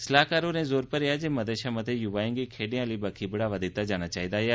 सलाहकार होरें जोर भरेआ जे मते शा मते युवाएं गी खेड्डें आह्ली बक्खी बढ़ावा दित्ता जाना चाहिदा ऐ